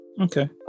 Okay